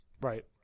Right